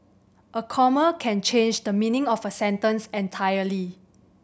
a comma can change the meaning of a sentence entirely